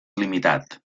limitat